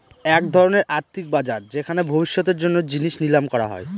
এক ধরনের আর্থিক বাজার যেখানে ভবিষ্যতের জন্য জিনিস নিলাম করা হয়